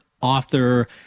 author